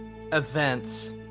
events